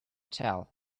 tell